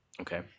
Okay